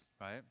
right